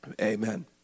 Amen